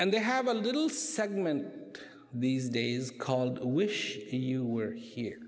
and they have a little segment these days called wish you were here